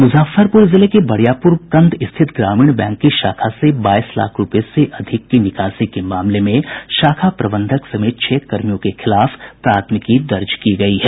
मूजफ्फरपूर जिले के बरियापूर कंध स्थित ग्रामीण बैंक की शाखा से बाईस लाख रूपये से अधिक निकासी के मामले में शाखा प्रबंधक समेत छह कर्मियों के खिलाफ प्राथमिकी दर्ज की गयी है